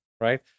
right